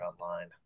online